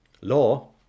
law